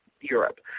Europe